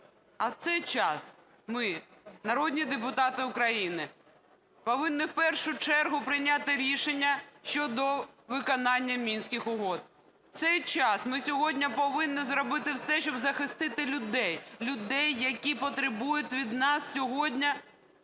А в цей час ми, народні депутати України, повинні в першу чергу прийняти рішення щодо виконання Мінських угод. В цей час ми сьогодні повинні зробити все, щоб захистити людей, людей, які потребують від нас сьогодні